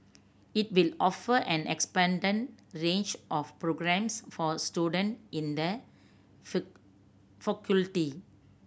it will offer an expanded range of programmes for student in the faculty